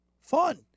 fun